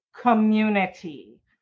community